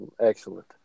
Excellent